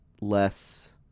less